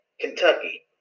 Kentucky